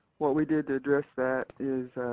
what we did to address that is